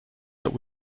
that